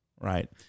right